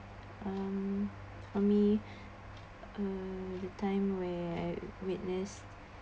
um for me uh that time where I witness